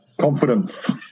confidence